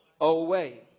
away